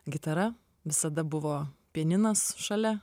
gitara visada buvo pianinas šalia